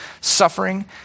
suffering